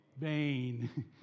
vain